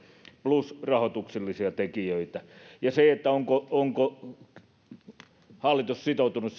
plus rahoituksellisia tekijöitä se onko hallitus sitoutunut